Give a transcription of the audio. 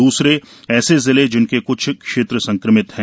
दूसरे ऐसे जिले जिनके कुछ क्षेत्र संक्रमित है